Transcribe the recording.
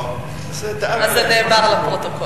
אז זה נאמר לפרוטוקול.